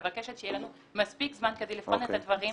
גם אני מבקשת שיהיה לנו מספיק זמן כדי לבחון את הדברים.